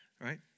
Right